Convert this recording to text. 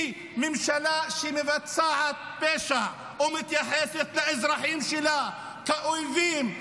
כי ממשלה שמבצעת פשע או מתייחסת לאזרחים שלה כאל אויבים,